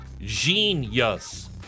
Genius